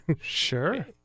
Sure